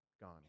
gone